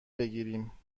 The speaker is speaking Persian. بگیریم